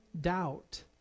doubt